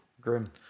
grim